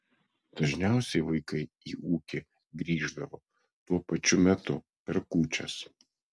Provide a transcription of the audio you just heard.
dažniausiai vaikai į ūkį grįždavo tuo pačiu metu per kūčias